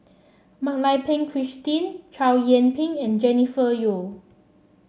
Mak Lai Peng Christine Chow Yian Ping and Jennifer Yeo